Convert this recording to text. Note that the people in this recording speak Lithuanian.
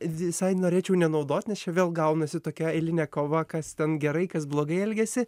visai norėčiau nenaudoti nes čia vėl gaunasi tokia eilinė kova kas ten gerai kas blogai elgiasi